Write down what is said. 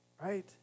Right